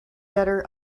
better